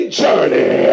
journey